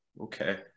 okay